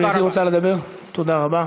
תודה רבה.